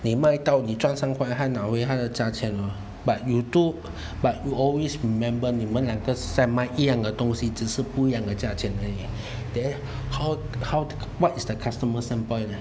你们卖到你赚三块他拿回他的价钱 lor but 你做 but will always remember 你们两个是在卖一样的东西只是不一样的价钱而已 then how how what is the customer same point